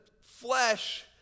flesh